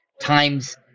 times